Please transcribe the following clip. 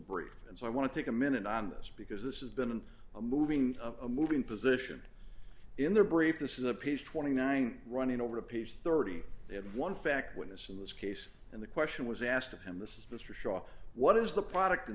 brief and so i want to take a minute on this because this is been a moving a moving position in their brief this is a piece twenty nine running over a page thirty one fact witness in this case and the question was asked of him this is mr shaw what is the product in